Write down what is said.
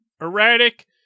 Erratic